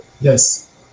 Yes